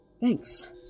thanks